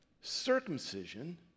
Circumcision